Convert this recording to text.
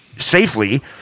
safely